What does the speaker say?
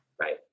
Right